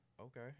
Okay